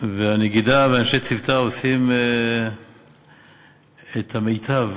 והנגידה ואנשי צוותה עושים את המיטב